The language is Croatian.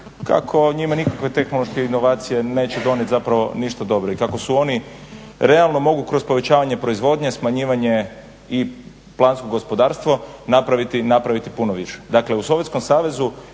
kako njima nikakve tehnološke inovacije neće donijeti zapravo ništa dobro. I kako su oni realno mogu kroz povećavanje proizvodnje smanjivanje i plansko gospodarstvo napravi puno više. Dakle, u Sovjetskom savezu